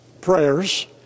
prayers